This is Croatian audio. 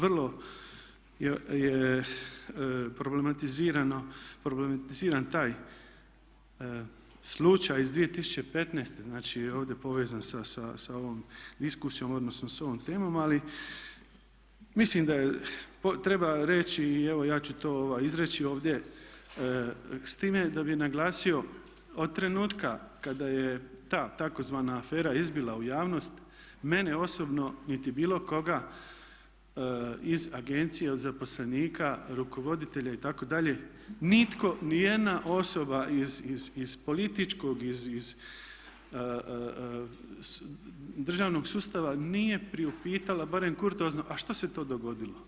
Vrlo je problematiziran taj slučaj iz 2015., znači ovdje povezan sa ovom diskusijom odnosno sa ovom temom, ali mislim da treba reći i evo ja ću to izreći ovdje, s time da bih naglasio od trenutka kada je ta tzv. afera izbila u javnost, mene osobno niti bilo koga iz agencije od zaposlenika, rukovoditelja itd., nitko, ni jedna osoba iz političkog, iz državnog sustava nije priupitala barem kurtoazno a što se to dogodilo.